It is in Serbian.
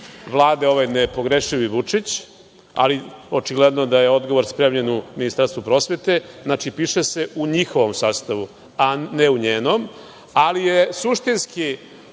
Vlade, ovaj nepogrešivi Vučić, ali očigledno da je odgovor spremljen u Ministarstvu prosvete. Znači, piše se „u njihovom sastavu“, a ne „u njenom“, ali je suštinski